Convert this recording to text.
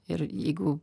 ir jeigu